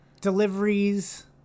deliveries